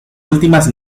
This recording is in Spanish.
últimas